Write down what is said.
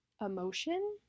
emotion